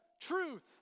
truth